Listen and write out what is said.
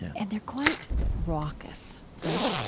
and they're quite raucous, right?